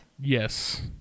Yes